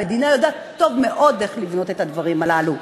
המדינה יודעת טוב מאוד איך לבנות את הדברים האלה.